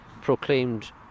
proclaimed